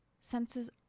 senses